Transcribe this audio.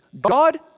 God